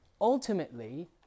ultimately